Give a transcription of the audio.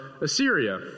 Assyria